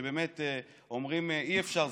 שבאמת אומרים: אי-אפשר,